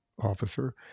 officer